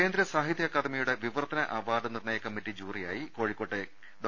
കേന്ദ്ര സാഹിത്യ അക്കാദമിയുടെ വിവർത്തന അവാർഡ് നിർണ്ണ യ കമ്മറ്റി ജൂറിയായി കോഴിക്കോട്ടെ ഡോ